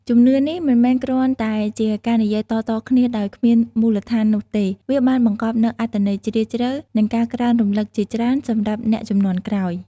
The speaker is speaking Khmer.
ជំនឿនេះមិនមែនគ្រាន់តែជាការនិយាយតៗគ្នាដោយគ្មានមូលដ្ឋាននោះទេ វាបានបង្កប់នូវអត្ថន័យជ្រាលជ្រៅ និងការក្រើនរំលឹកជាច្រើនសម្រាប់អ្នកជំនាន់ក្រោយ។